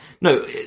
no